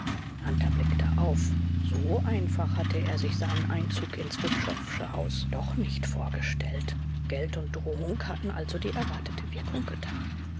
hunter blickte auf so einfach hatte er sich seinen einzug ins wutschowsche haus doch nicht vorgestellt geld und drohung hatten also die erwartete wirkung getan